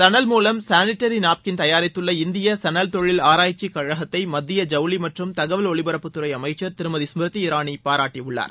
சணல் மூலம் sanitary napkin தயாரித்துள்ள இந்திய சணல் தொழில் ஆராய்ச்சி கழகத்தை மத்திய ஜவுளி மற்றும் தகவல் ஒலிபரப்புத்துறை அமைச்சர் திருமதி ஸ்மிருதி இரானி பாராட்டியுள்ளார்